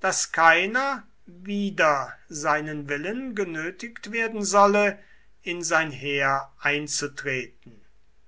daß keiner wider seinen willen genötigt werden solle in sein heer einzutreten